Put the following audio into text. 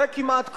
זה כמעט כלום.